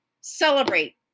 celebrate